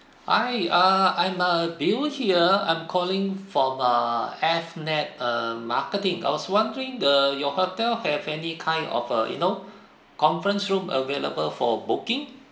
hi uh I'm a bill here I'm calling from uh F net uh marketing I was wondering uh your hotel have any kind of a you know conference room available for booking